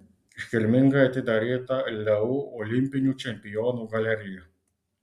iškilmingai atidaryta leu olimpinių čempionų galerija